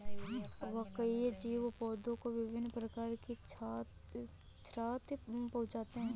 कवकीय जीव पौधों को विभिन्न प्रकार की क्षति पहुँचाते हैं